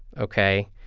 ok,